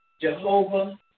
Jehovah